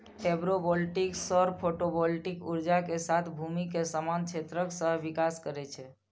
agrovoltaics सौर photovoltaic ऊर्जा के साथ भूमि के समान क्षेत्रक सहविकास करै छै